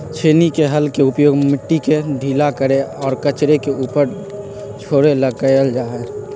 छेनी के हल के उपयोग मिट्टी के ढीला करे और कचरे के ऊपर छोड़े ला कइल जा हई